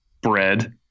bread